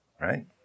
Right